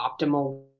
optimal